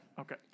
Okay